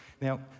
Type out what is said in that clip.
Now